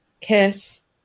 kiss